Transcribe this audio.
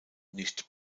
nicht